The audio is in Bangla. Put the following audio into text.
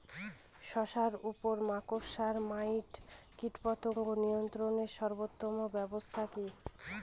শশার উপর মাকড়সা মাইট কীটপতঙ্গ নিয়ন্ত্রণের সর্বোত্তম ব্যবস্থা কি?